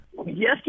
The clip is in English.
Yes